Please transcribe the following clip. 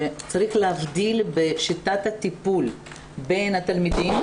שצריך להבדיל בשיטת הטיפול בין התלמידים,